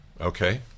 Okay